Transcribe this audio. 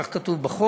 כך כתוב בחוק,